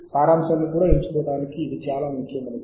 సంభాషణ చాలా విస్తృతమైనది